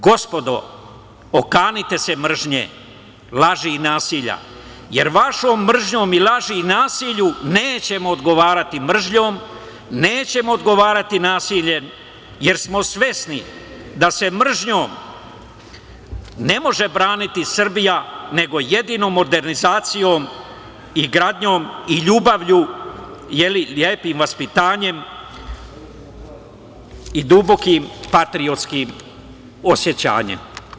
Gospodo, okanite se mržnje, laži i nasilja jer vašom mržnjom i lažima i nasilju nećemo odgovarati mržnjom, nećemo odgovarati nasiljem jer smo svesni da se mržnjom ne može braniti Srbija nego jedino modernizacijom i gradnjom i ljubavlju i lepim vaspitanjem i dubokim patriotskim osećanjem.